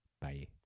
Bye